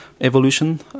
evolution